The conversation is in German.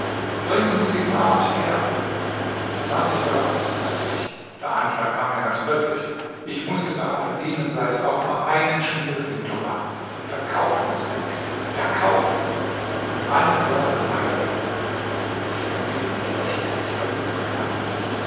bringen sie die maad her zwanzig dollars sagte ich der einfall kam mir ganz plötzlich ich mußte daran verdienen sei es auch nur einen schmierigen dollar verkaufen mußte ich sie verkaufen und einen dollar dabei verdienen triumphierend lächelte ich bei diesem gedanken